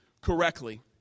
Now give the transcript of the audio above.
correctly